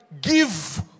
give